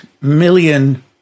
million